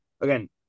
again